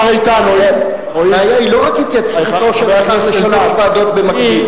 לכן הבעיה היא לא רק התייצבותו של שר בשלוש ועדות במקביל.